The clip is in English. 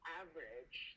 average